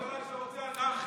זה ראש ממשלה שרוצה אנרכיה.